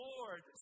Lord